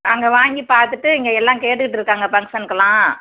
நாங்கள் வாங்கி பார்த்துட்டு இங்கே எல்லாம் கேட்டுகிட்டுருக்காங்க பங்க்ஷனுக்கெலாம்